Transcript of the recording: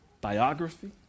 biography